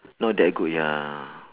not that good ya